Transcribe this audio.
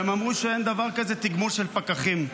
והן אמרו שאין דבר כזה תגמול של פקחים.